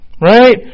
Right